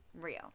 real